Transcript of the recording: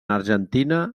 argentina